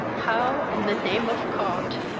how, in the name of cot,